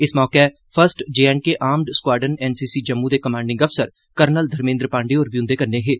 इस मौके first J and K armoured squadron NCC Jammu दे कमांडिंग अफसर कर्नल घमेन्द्र पांडे होर बी उंदे कन्नै हे